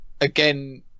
again